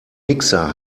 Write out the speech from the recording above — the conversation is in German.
mixer